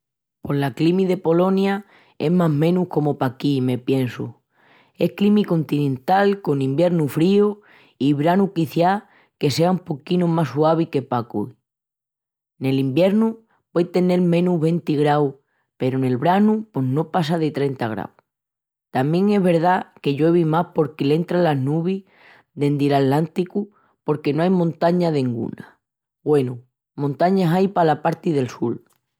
Pos la climi de Polonia es más menus comu paquí, me piensu... Es climi continental con iviernu fríu i branu quiciás que sea un poquinu más suavi que paqu. Nel iviernu puei tenel menus venti graus peru nel branu pos no passa de trenta graus. Tamién es verdá que lluevi más porque l'entran las nubis dendi l'Atlánticu porque no ai montaña denguna. Gúenu, montañas ain pala parti del sul.